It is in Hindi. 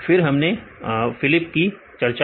फिर हमने फिलिप की चर्चा की